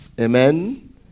amen